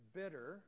bitter